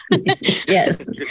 Yes